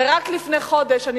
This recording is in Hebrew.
רק לפני חודש,